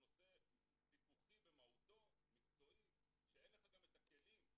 מקצועי ופיקוחי במהותו כשאין לך גם את הכלים,